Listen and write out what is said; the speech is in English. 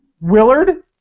Willard